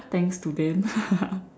thanks to them